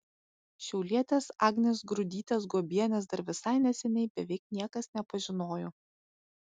šiaulietės agnės grudytės guobienės dar visai neseniai beveik niekas nepažinojo